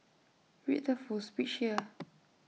read the full speech here